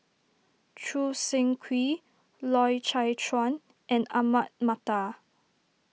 Choo Seng Quee Loy Chye Chuan and Ahmad Mattar